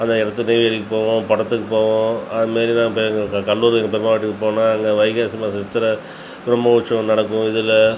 அந்த இடத்து போவோம் படத்துக்கு போவோம் அதுமாரி தான் இப்போ எங்கள் கடலூர் எங்கள் பெரியம்மா வீட்டுக்கு போனால் அங்கே வைகாசி மாதம் சித்திரை பிரமோட்சவம் நடக்கும் இதில்